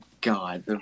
God